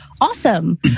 awesome